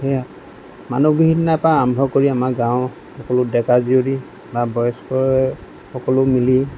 মানুহবিহুৰ দিনা পৰা আৰম্ভ কৰি আমাৰ গাঁও সকলো ডেকা জীয়ৰী বা বয়স্কই সকলো মিলি